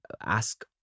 ask